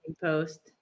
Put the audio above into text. post